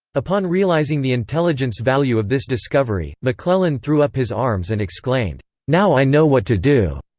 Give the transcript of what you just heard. upon realizing the intelligence value of this discovery, mcclellan threw up his arms and exclaimed, now i know what to do!